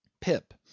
Pip